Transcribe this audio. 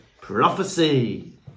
Prophecy